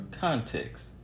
context